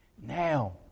now